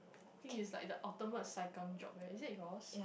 think it's the ultimate saikang job eh is it yours